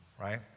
Right